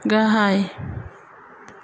गाहाय